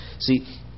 See